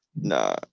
nah